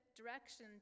direction